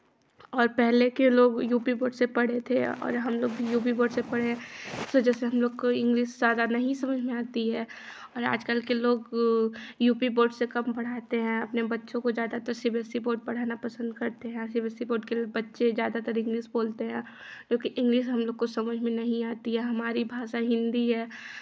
और पहले के लोग यू पी बोर्ड से पढ़े थे और हमलोग भी यू पी बोर्ड से पढ़े हैं तो जैसे हमलोग को इंग्लिश ज़्यादा समझ में नहीं आती है और आजकल के लोग यू पी बोर्ड से कम पढ़ाते हैं अपने बच्चों को ज़्यादातर C B S E board पढ़ाना पसंद करते हैं C B S E board के बच्चे ज़्यादातर इंग्लिश बोलते हैं जो कि इंग्लिश हमलोग को समझ में नहीं आती है हमारी भाषा हिन्दी है